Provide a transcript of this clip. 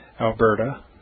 Alberta